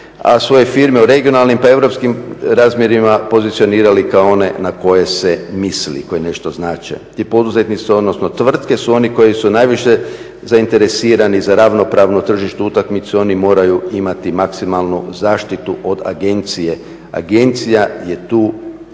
a svoje firme u regionalnim pa i europskim razmjerima pozicionirali kao one na koje se misli, koji nešto znače. Ti poduzetnici, odnosno tvrtke su oni koji su najviše zainteresirani za ravnopravnu tržišnu utakmicu, oni moraju imati maksimalnu zaštitu od agencije, agencija je tu